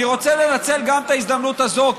אני רוצה גם לנצל את הזדמנות הזו,